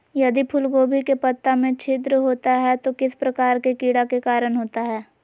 यदि फूलगोभी के पत्ता में छिद्र होता है तो किस प्रकार के कीड़ा के कारण होता है?